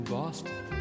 Boston